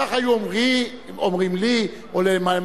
אם כך היו אומרים לי, או לממלא-מקומי,